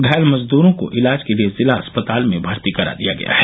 घायल मजद्रों को इलाज के लिये जिला अस्पताल में भर्ती करा दिया गया है